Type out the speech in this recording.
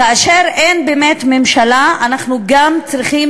כאשר אין באמת ממשלה אנחנו גם צריכים